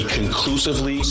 conclusively